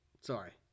Sorry